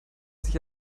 sich